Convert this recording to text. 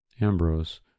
Ambrose